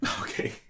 okay